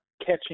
catching